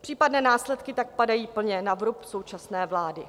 Případné následky tak padají plně na vrub současné vlády.